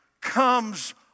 comes